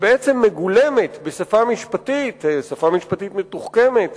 שמגולמת בשפה משפטית מתוחכמת